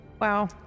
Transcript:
Wow